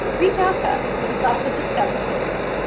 reach out to us. we'd love to discuss it with you.